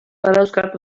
badauzkat